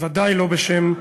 ובוודאי לא בשם הממשלה.